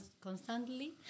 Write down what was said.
constantly